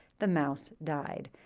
the mouse died.